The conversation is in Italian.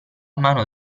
mano